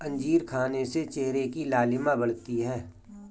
अंजीर खाने से चेहरे की लालिमा बढ़ती है